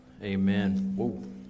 Amen